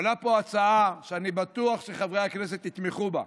עולה פה ההצעה, ואני בטוח שחברי הכנסת יתמכו בה.